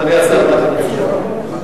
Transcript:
אדוני השר, מה אתה מציע?